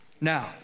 Now